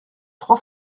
trois